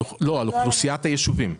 על אוכלוסיית הישובים.